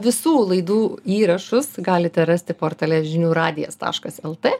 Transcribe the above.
visų laidų įrašus galite rasti portale žinių radijas taškas lt